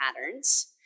patterns